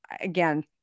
again